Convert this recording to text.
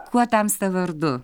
kuo tamsta vardu